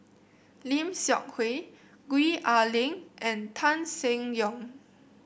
Lim Seok Hui Gwee Ah Leng and Tan Seng Yong